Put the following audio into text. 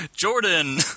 Jordan